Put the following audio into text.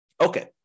Okay